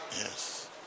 Yes